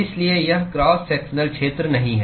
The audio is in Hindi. इसलिए यह क्रॉस सेक्शनल क्षेत्र नहीं है